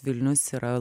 vilnius yra